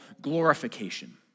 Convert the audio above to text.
glorification